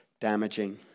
damaging